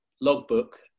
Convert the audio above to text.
logbook